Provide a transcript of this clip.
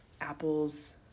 apples